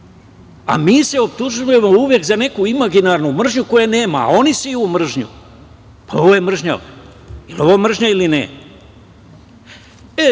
A mi se optužujemo uvek za neku imaginarnu mržnju koje nema, a oni seju mržnju. Ovo je mržnja. Je li ovo mržnja ili